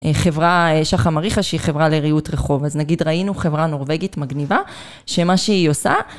חברה, שחם אריכא, שהיא חברה לריהוט רחוב. אז נגיד ראינו חברה נורבגית מגניבה שמה שהיא עושה